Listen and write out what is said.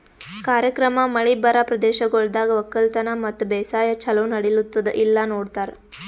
ಕಾರ್ಯಕ್ರಮ ಮಳಿ ಬರಾ ಪ್ರದೇಶಗೊಳ್ದಾಗ್ ಒಕ್ಕಲತನ ಮತ್ತ ಬೇಸಾಯ ಛಲೋ ನಡಿಲ್ಲುತ್ತುದ ಇಲ್ಲಾ ನೋಡ್ತಾರ್